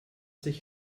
sich